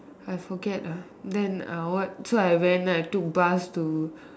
I forget ah then ah what so I went I took bus to